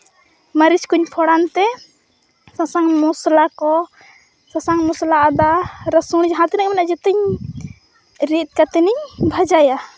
ᱢᱟᱨᱤᱪᱠᱚᱧ ᱯᱷᱳᱲᱟᱱᱛᱮ ᱥᱟᱥᱟᱝ ᱢᱚᱥᱞᱟᱠᱚ ᱥᱟᱥᱟᱝ ᱢᱚᱥᱞᱟ ᱟᱫᱟ ᱨᱟᱹᱥᱩᱸᱲ ᱡᱟᱦᱟᱸ ᱛᱤᱱᱟᱹᱜ ᱜᱮ ᱢᱮᱱᱟᱜ ᱡᱮᱛᱮᱧ ᱨᱤᱫ ᱠᱟᱛᱮᱱᱤᱧ ᱵᱷᱟᱡᱟᱭᱟ